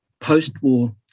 post-war